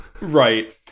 right